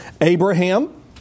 Abraham